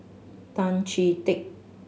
Tan Chee Teck